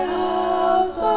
house